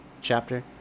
chapter